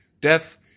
death